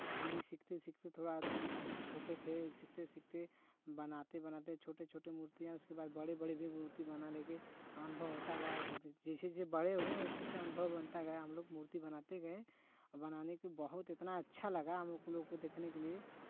हम भी सीखते सीखते थोड़ा छोटे थे सीखते सीखते बनाते बनाते छोटे छोटे मूर्तियाँ उसके बाद बड़े बड़े भी मूर्ती बना लेंगे आ अनुभव होता गया जैसे जैसे बड़े हुए वैसे वैसे अनुभव बनता गया हमलोग मूर्ती बनाते गये आ बनाने के बहुत इतना अच्छा लगा हम लोग को देखने के लिये